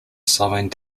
slowing